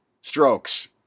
strokes